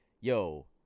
yo